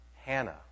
Hannah